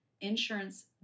Insurance